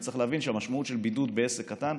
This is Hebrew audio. וצריך להבין שהמשמעות של בידוד בעסק קטן,